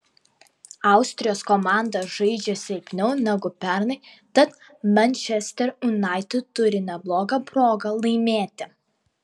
austrijos komanda žaidžia silpniau negu pernai tad manchester united turi neblogą progą laimėti